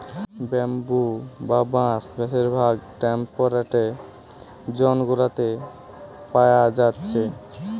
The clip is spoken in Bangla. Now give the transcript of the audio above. ব্যাম্বু বা বাঁশ বেশিরভাগ টেম্পেরেট জোন গুলাতে পায়া যাচ্ছে